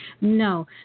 No